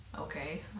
Okay